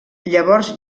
llavors